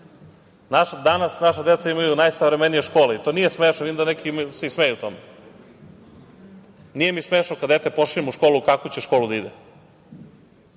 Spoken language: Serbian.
Danas naša deca imaju najsavremenije škole i to nije smešno. Vidim da se neki i smeju tome. Nije mi smešno kada dete pošaljem u školu u kakvu će školu da ide,